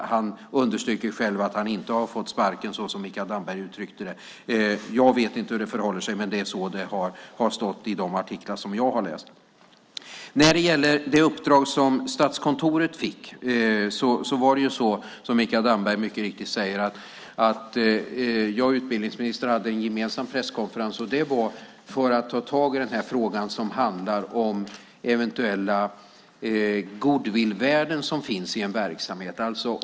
Han understryker själv att han inte har fått sparken, såsom Mikael Damberg uttryckte det. Jag vet inte hur det förhåller sig, men det är så det har stått i de artiklar jag har läst. När det gäller det uppdrag som Statskontoret fick är det som Mikael Damberg mycket riktigt säger, nämligen att jag och utbildningsministern hade en gemensam presskonferens. Det var för att ta tag i frågan som handlar om eventuella goodwillvärden som finns i en verksamhet.